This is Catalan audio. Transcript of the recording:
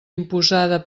imposada